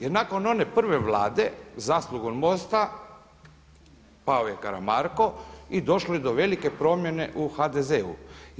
Jer nakon one prve Vlade zaslugom MOST-a pao je Karamarko i došlo je do velike promjene u HDZ-u.